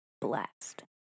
blast